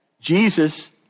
Jesus